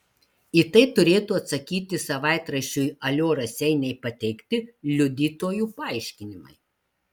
į tai turėtų atsakyti savaitraščiui alio raseiniai pateikti liudytojų paaiškinimai